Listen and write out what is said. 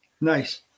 Nice